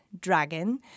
dragon